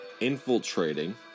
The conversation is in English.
infiltrating